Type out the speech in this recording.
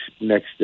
next